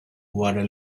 wara